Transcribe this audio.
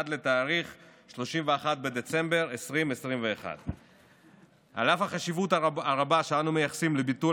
עד 31 בדצמבר 2021. על אף החשיבות הרבה שאנו מייחסים לביטול